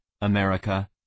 America